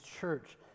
church